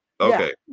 Okay